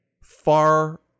far